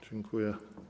Dziękuję.